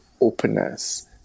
openness